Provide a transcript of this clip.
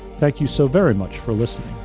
thank you so very much for listening